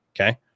okay